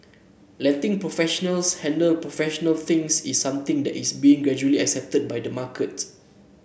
letting professionals handle professional things is something that's being gradually accepted by the market